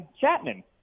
Chapman